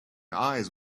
eyes